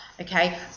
Okay